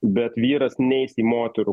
bet vyras neis į moterų